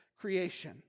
creation